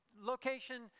location